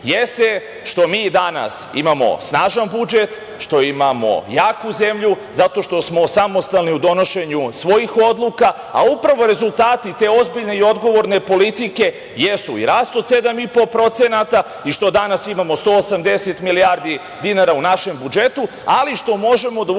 Jeste što mi danas imamo snažan budžet, što imamo jaku zemlju, zato što smo samostalni u donošenju svojih odluka, a upravo rezultati te ozbiljne i odgovorne politike jesu i rast od 7,5% i što danas imamo 180 milijardi dinara u našem budžetu, ali što možemo da